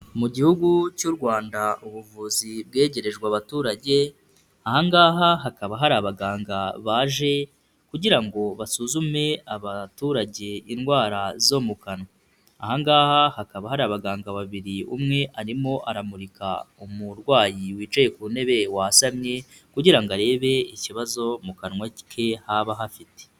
Mu gihugu cy'u Rwanda ubuvuzi bwegerejwe abaturage, ahangaha hakaba hari abaganga baje kugira ngo basuzume abaturage indwara zo mu kanwa. Ahangaha hakaba hari abaganga babiri, umwe arimo aramurika umurwayi wicaye ku ntebe wasamye kugira ngo arebe ikibazo mu kanwa ke haba hafite.